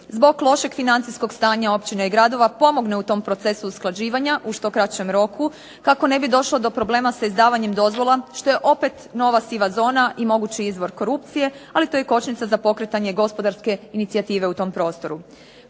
zbog lošeg financijskog stanja općine i gradova pomogne u tom procesu usklađivanja u što kraćem roku kako ne bi došlo do problema sa izdavanjem dozvola što je opet nova siva zona i mogući izvor korupcije, ali to je i kočnica za pokretanje gospodarske inicijative u tom prostoru.